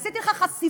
עשיתי לך חשיפה,